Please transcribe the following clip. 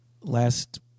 Last